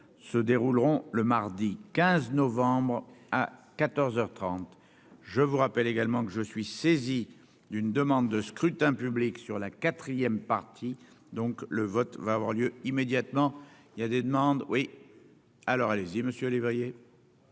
se dérouleront le mardi 15 novembre à 14 heures 30, je vous rappelle également que je suis saisi d'une demande de scrutin public sur la. 4ème partie donc le vote va avoir lieu immédiatement, il y a des demandes oui, alors allez-y monsieur lévrier.